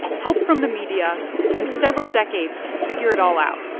help from the media and several decades to figure it all out,